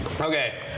Okay